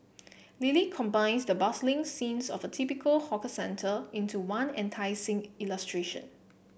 Lily combines the bustling scenes of a typical hawker centre into one enticing illustration